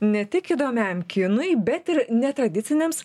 ne tik įdomiam kinui bet ir netradiciniams